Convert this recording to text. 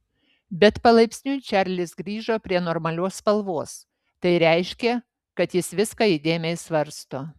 bet palaipsniui čarlis grįžo prie normalios spalvos tai reiškė kad jis viską įdėmiai svarsto